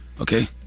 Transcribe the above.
okay